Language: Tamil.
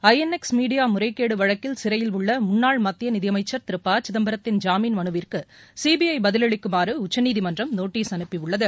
ஐ என் எக்ஸ் மீடியா முறைகேடு வழக்கில் சிறையில் உள்ள முன்னாள் மத்திய நிதியமைச்சர் திரு ப சிதம்பரத்தின் ஜாமீன் மனுவிற்கு சிபிஐ பதிலளிக்குமாறு உச்சநீதிமன்றம் நோட்டீஸ் அனுப்பியுள்ளது